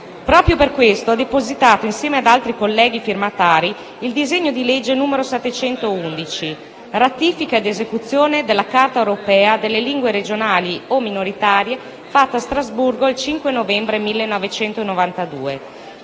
Proprio per questo ho depositato, insieme ad altri colleghi firmatari, il disegno di legge n. 711, recante «Ratifica ed esecuzione della Carta europea delle lingue regionali o minoritarie, fatta a Strasburgo il 5 novembre 1992»,